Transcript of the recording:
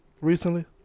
recently